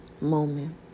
moment